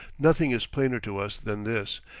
nothing is plainer to us than this,